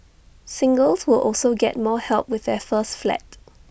singles will also get more help with their first flat